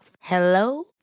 Hello